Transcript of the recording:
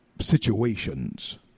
situations